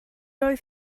oedd